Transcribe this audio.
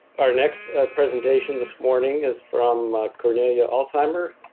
our next presentation this morning is from cornelia alsheimer,